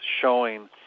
showing